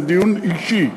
זה דיון אישי,